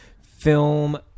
film